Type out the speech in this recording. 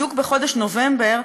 בדיוק בחודש נובמבר,